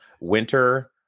winter